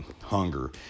hunger